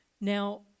Now